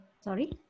sorry